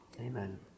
Amen